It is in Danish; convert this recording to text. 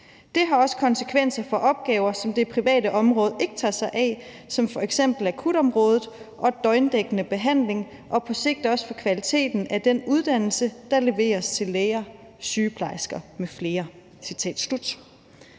Det har også konsekvenser for opgaver, som det private område ikke tager sig af som f.eks. akutområdet og døgndækkende behandling, og på sigt også for kvaliteten af den uddannelse, der leveres til læger, sygeplejersker med flere.«